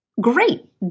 Great